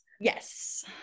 yes